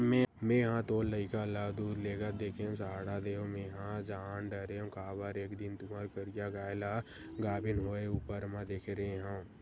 मेंहा तोर लइका ल दूद लेगत देखेव सहाड़ा देव मेंहा जान डरेव काबर एक दिन तुँहर करिया गाय ल गाभिन होय ऊपर म देखे रेहे हँव